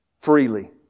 freely